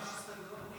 יש הסתייגויות?